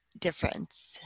difference